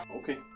Okay